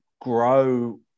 grow